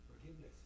Forgiveness